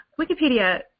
Wikipedia